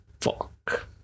Fuck